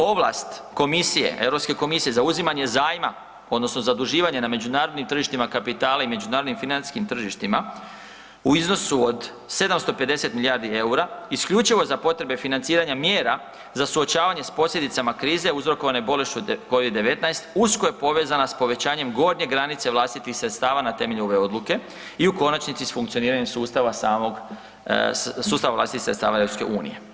Ovlast komisije, Europske komisije za uzimanje zajma odnosno zaduživanje na međunarodnim tržištima kapitala i međunarodnim financijskim tržištima u iznosu od 750 milijardi EUR-a isključivo za potrebe financiranja mjera za suočavanje s posljedicama krize uzrokovane bolešću Covid-19 usko je povezana s povećanjem gornje granice vlastitih sredstava na temelju ove odluke i u konačnici s funkcioniranjem sustava samog, sustava vlastitih sredstava EU.